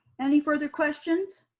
any further questions?